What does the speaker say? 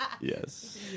Yes